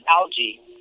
algae